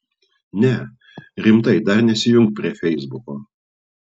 ne rimtai dar nesijunk prie feisbuko